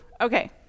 Okay